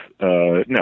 no